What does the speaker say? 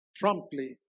promptly